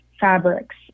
fabrics